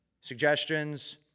suggestions